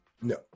No